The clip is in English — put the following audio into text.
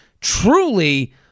truly